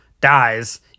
dies